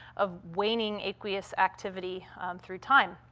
of waning aqueous activity through time.